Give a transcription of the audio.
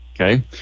okay